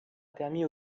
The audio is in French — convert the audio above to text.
permis